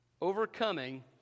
Overcoming